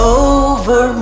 over